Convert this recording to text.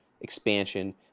expansion